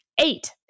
Eight